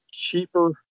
cheaper